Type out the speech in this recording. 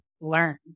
learn